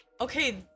okay